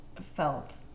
felt